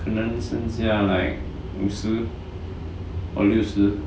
可能剩下 like 五十 or 六十